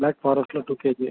block ஃபாரெஸ்ட்டில் two KG